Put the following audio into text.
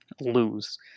lose